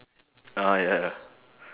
ah ya ya